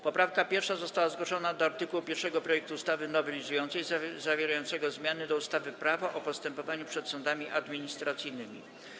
Poprawka 1. została zgłoszona do art. 1 projektu ustawy nowelizującej zawierającego zmiany do ustawy Prawo o postępowaniu przed sądami administracyjnymi.